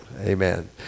Amen